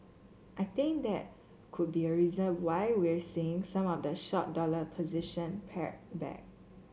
I think that could be a reason why we're seeing some of the short dollar position pared back